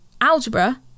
algebra